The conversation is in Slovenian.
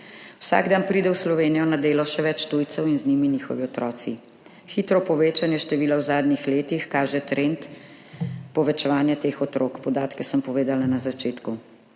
Vsak dan pride v Slovenijo na delo še več tujcev in z njimi njihovi otroci. Hitro povečanje števila v zadnjih letih kaže trend povečevanja teh otrok; podatke sem povedala na začetku.